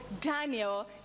Daniel